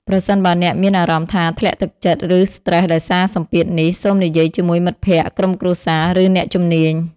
ប្រសិនបើអ្នកមានអារម្មណ៍ថាធ្លាក់ទឹកចិត្ត ឬស្រ្តេសដោយសារសម្ពាធនេះ សូមនិយាយជាមួយមិត្តភក្តិ ក្រុមគ្រួសារ ឬអ្នកជំនាញ។